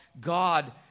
God